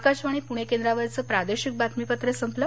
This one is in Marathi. आकाशवाणी पूणे केंद्रावरचं प्रादेशिक बातमीपत्र संपलं